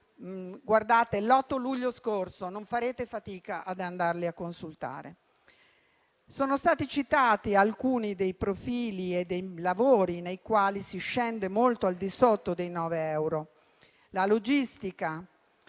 pubblicati l'8 luglio scorso, non farete fatica ad andarli a consultare. Sono stati citati alcuni dei profili e dei lavori nei quali si scende molto al di sotto dei 9 euro, come la logistica: